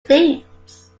states